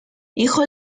hijo